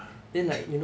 ah